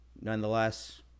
Nonetheless